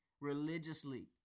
religiously